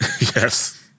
Yes